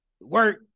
work